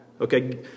Okay